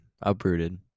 uprooted